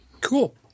Cool